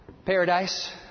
Paradise